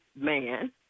man